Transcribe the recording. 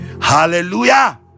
hallelujah